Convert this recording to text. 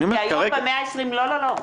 אני אומר -- לא, לא, לא.